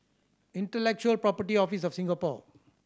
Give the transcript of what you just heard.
Intellectual Property Office of Singapore